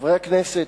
חברי הכנסת,